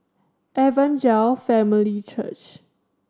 Evangel Family Church